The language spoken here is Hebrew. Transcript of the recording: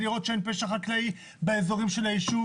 לראות שאין פשע חקלאי באזורים של היישוב,